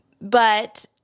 But-